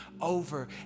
over